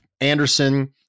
Anderson